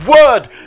word